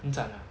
很惨啊